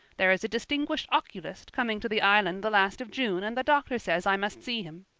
there is a distinguished oculist coming to the island the last of june and the doctor says i must see him.